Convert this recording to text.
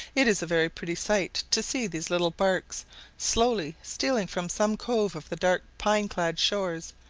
it is a very pretty sight to see these little barks slowly stealing from some cove of the dark pine-clad shores,